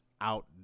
out